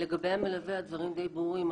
לגבי המלווה, הדברים די ברורים.